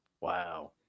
Wow